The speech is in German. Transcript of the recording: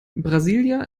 brasília